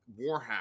Warhammer